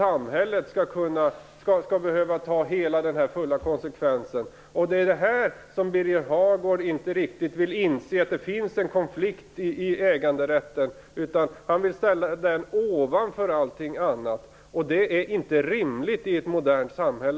Samhället skall inte behöva ta hela konsekvensen. Det är detta som Birger Hagård inte riktigt vill inse, att det finns en konflikt i äganderätten. Han vill sätta äganderätten ovanför allting annat, och det är inte rimligt i ett modernt samhälle.